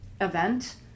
event